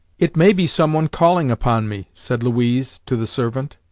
it may be someone calling upon me said louise to the servant.